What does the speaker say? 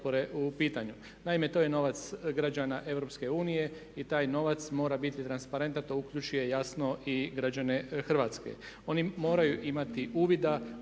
Naime, to je novac građana EU i taj novac mora biti transparentan, to uključuje jasno i građane Hrvatske. Oni moraju imati uvida